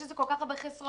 יש לזה כל כך הרבה חסרונות